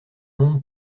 monde